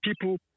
people